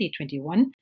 2021